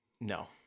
No